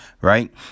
right